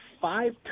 five